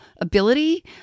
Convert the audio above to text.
ability